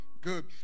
Good